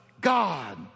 God